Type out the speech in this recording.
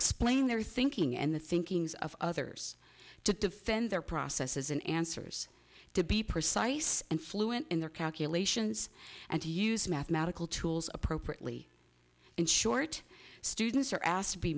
explain their thinking and the thinkings of others to defend their processes in answers to be precise and fluent in their calculations and to use mathematical tools appropriately and short students are asked to be